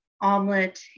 omelet